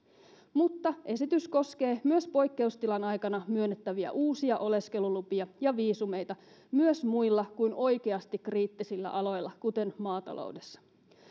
mutta esitys koskee myös poikkeustilan aikana myönnettäviä uusia oleskelulupia ja viisumeita myös muilla kuin oikeasti kriittisillä aloilla kuten maataloudessa